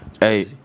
Hey